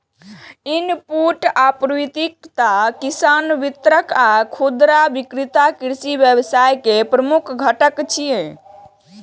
input आपूर्तिकर्ता, किसान, वितरक आ खुदरा विक्रेता कृषि व्यवसाय के प्रमुख घटक छियै